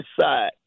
side